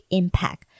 impact